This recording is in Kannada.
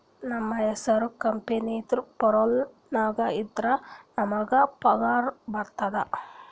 ನಮ್ದು ಹೆಸುರ್ ಕಂಪೆನಿದು ಪೇರೋಲ್ ನಾಗ್ ಇದ್ದುರೆ ನಮುಗ್ ಪಗಾರ ಬರ್ತುದ್